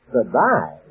Goodbye